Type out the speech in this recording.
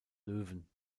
löwen